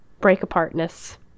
break-apartness